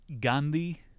Gandhi